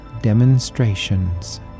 demonstrations